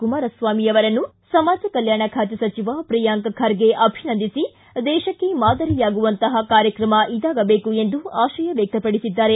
ಕುಮಾರಸ್ವಾಮಿ ಅವರನ್ನು ಸಮಾಜ ಕಲ್ಕಾಣ ಖಾತೆ ಸಚಿವ ಪ್ರಿಯಾಂಕ್ ಖರ್ಗೆ ಅಭಿನಂದಿಸಿ ದೇಶಕ್ಕೇ ಮಾದರಿಯಾಗುವಂತಪ ಕಾರ್ಯಕ್ರಮ ಇದಾಗಬೇಕು ಎಂದು ಆಶಯ ವ್ಯಕ್ತಪಡಿಸಿದ್ದಾರೆ